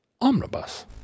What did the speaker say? omnibus